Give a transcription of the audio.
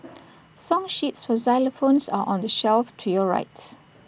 song sheets for xylophones are on the shelf to your right